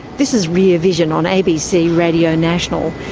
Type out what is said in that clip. this is rear vision on abc radio national.